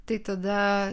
tai tada